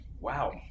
Wow